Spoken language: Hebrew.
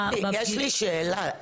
יש לי שאלה.